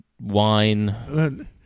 Wine